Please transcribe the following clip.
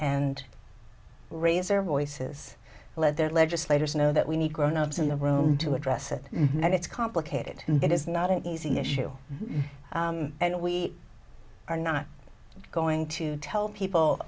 and raise their voices let their legislators know that we need grownups in the room to address it and it's complicated and it is not an easy issue and we are not going to tell people